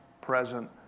present